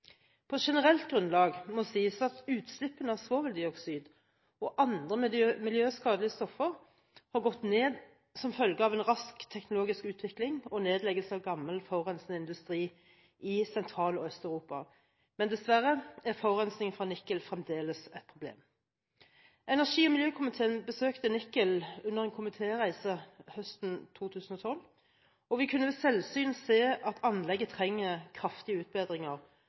På generelt grunnlag må sies at utslippene av svoveldioksid og andre miljøskadelige stoffer har gått ned som følge av en rask teknologisk utvikling og nedleggelse av gammel, forurensende industri i Sentral- og Øst-Europa, men dessverre er forurensningen fra Nikel fremdeles et problem. Energi- og miljøkomiteen besøkte Nikel under en komitéreise høsten 2012, og vi kunne ved selvsyn se at anlegget trenger kraftige utbedringer